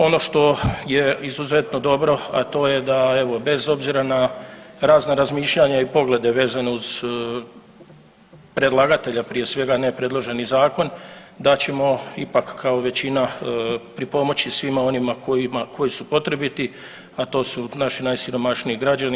Ono što je izuzetno dobro, a to je da evo bez obzira na razna razmišljanja i poglede vezano uz predlagatelja prije svega, a ne predloženi zakon da ćemo ipak kao većina pripomoći svima onima koji su potrebiti a to su naši najsiromašniji građana.